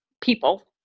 people